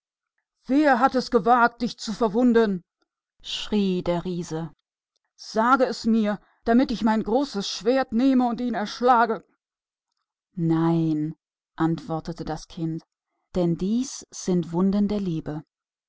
wer hat es gewagt dich zu verwunden rief der riese sag es mir damit ich mein großes schwert nehme und ihn erschlage ach nein antwortete das kind dies sind die wunden der liebe